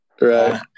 Right